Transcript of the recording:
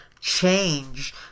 change